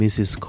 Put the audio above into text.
Mrs